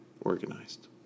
organized